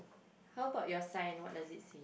how about your sign what does it say